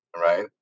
Right